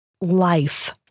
life